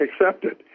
accepted